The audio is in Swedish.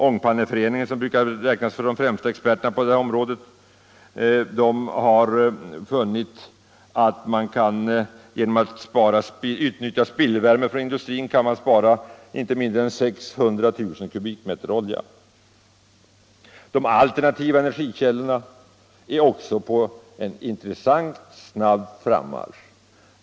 Ångpanneföreningen, som brukar räknas till de främsta experterna på området, har funnit att man genom att utnyttja spillvärme från industrin kan spara inte mindre än 600 000 m” olja. De alternativa energikällorna är också på en intressant snabb frammarsch.